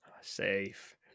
Safe